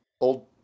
old